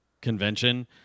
convention